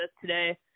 today